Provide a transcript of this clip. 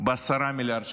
ב-10 מיליארד שקלים.